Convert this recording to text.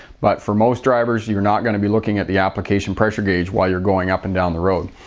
but for most drivers you're not going to be looking at the application pressure gauge while you're going up and down the road.